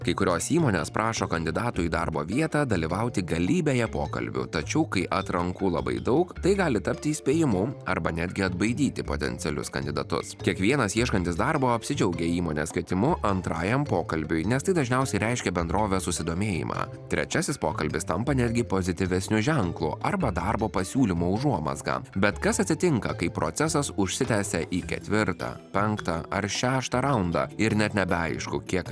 kai kurios įmonės prašo kandidatų į darbo vietą dalyvauti galybėje pokalbių tačiau kai atrankų labai daug tai gali tapti įspėjimu arba netgi atbaidyti potencialius kandidatus kiekvienas ieškantis darbo apsidžiaugia įmonės kvietimu antrajam pokalbiui nes tai dažniausiai reiškia bendrovės susidomėjimą trečiasis pokalbis tampa netgi pozityvesniu ženklu arba darbo pasiūlymo užuomazga bet kas atsitinka kai procesas užsitęsia į ketvirtą penktą ar šeštą raundą ir net nebeaišku kiek